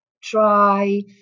try